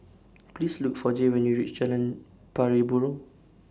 Please Look For Jay when YOU REACH Jalan Pari Burong